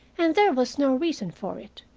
and there was no reason for it.